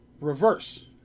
reverse